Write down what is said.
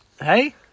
Hey